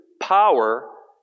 power